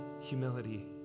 humility